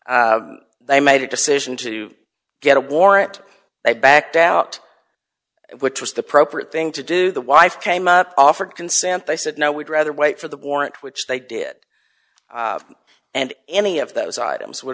v they made a decision to get a warrant they backed out which was the proper thing to do the wife came up offered consent they said no we'd rather wait for the warrant which they did and any of those items would